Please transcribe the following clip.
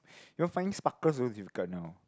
you know finding sparkles you know is difficult you know